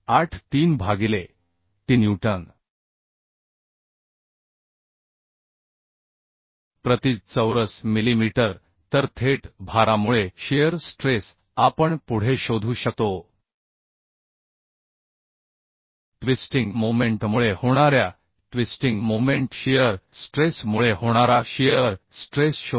83 भागिले t newton प्रति चौरस मिलीमीटर तर थेट भारामुळे शिअर स्ट्रेस आपण पुढे शोधू शकतो ट्विस्टिंग मोमेंट मुळे होणाऱ्या ट्विस्टिंग मोमेंट शियर स्ट्रेसमुळे होणारा शियर स्ट्रेस शोधा